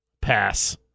Pass